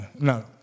No